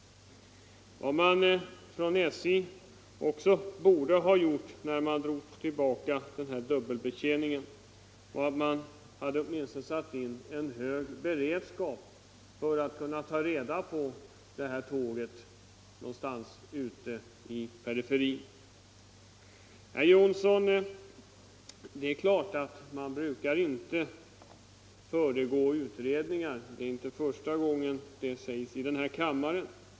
Vad man från SJ borde ha gjort när man drog in dubbelbetjäningen var, att åtminstone sätta in en hög beredskap för att kunna ta reda på tågen någonstans ute i periferin. Herr Johnsson! Det är sant att man inte brukar föregripa utredningar, och det är inte första gången det sägs i den här kammaren.